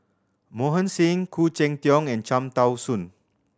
Mohan Singh Khoo Cheng Tiong and Cham Tao Soon